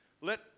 Let